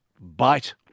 bite